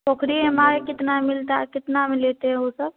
पोखरी में मारे का कितना मिलता कितने में लेते हो सर